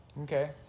Okay